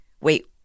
wait